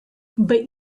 but